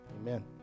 Amen